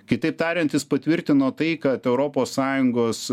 kitaip tariant jis patvirtino tai kad europos sąjungos